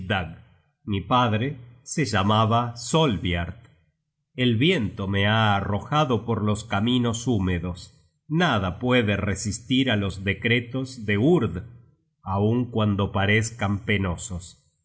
mi padre se llamaba solbiart el viento me ha arrojado por caminos húmedos nada puede resistir á los decretos de urd aun cuando parezcan penosos